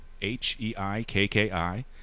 H-E-I-K-K-I